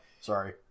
Sorry